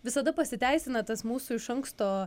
visada pasiteisina tas mūsų iš anksto